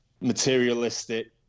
materialistic